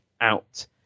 out